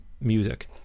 music